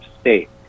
state